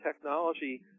technology